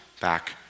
back